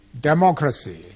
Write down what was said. democracy